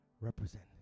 represent